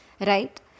Right